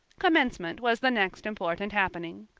commencement was the next important happening.